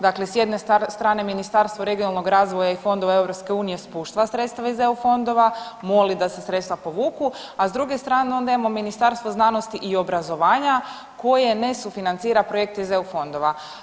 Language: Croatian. Dakle, s jedne strane Ministarstvo regionalnog razvoja i fondova Europske unije spušta ta sredstva iz EU fondova, moli da se sredstva povuku, a s druge strane onda imamo Ministarstvo znanosti i obrazovanja koje ne sufinancira projekte iz EU fondova.